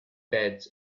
beds